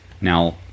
Now